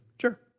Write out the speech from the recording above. Sure